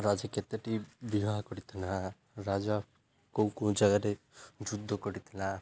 ରାଜା କେତୋଟି ବିବାହ କରିଥିଲା ରାଜା କେଉଁ କେଉଁ ଜାଗାରେ ଯୁଦ୍ଧ କରିଥିଲା